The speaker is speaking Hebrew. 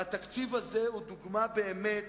התקציב הזה הוא דוגמה באמת,